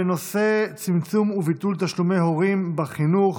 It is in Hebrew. בנושא: צמצום וביטול תשלומי הורים בחינוך,